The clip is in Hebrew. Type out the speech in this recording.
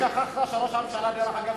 רק שכחת שראש הממשלה, דרך אגב,